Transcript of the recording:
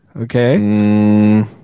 Okay